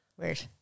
Weird